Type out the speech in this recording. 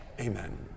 Amen